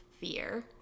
fear